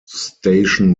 station